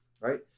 right